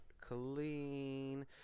clean